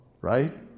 right